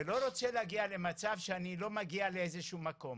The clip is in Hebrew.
ולא רוצה להגיע למצב שאני לא מגיע ואיזה שהוא מקום.